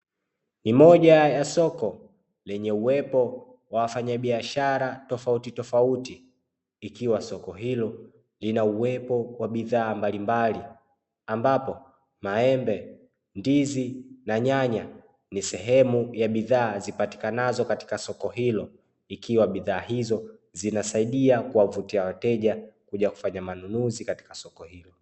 Ni moja ya soko lenye uwepo wa wafanyabiashara tofautitofauti, ikiwa soko hilo lina uwepo wa bidhaa mbalimbali, ambapo: maembe, ndizi na nyanya; ni sehemu ya bidhaa zipatikanazo katika soko hilo. Ikiwa bidhaa hizo zinasaidia kuwavutia wateja kuja kufanya manunuzi katika soko hilo.